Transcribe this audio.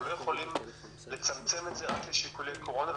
שאנחנו לא יכולים לצמצם את זה רק לשיקולי קורונה,